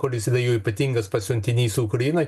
kuris yra jų ypatingas pasiuntinys ukrainoj